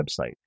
website